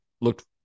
looked